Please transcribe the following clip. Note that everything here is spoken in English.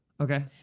Okay